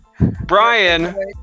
Brian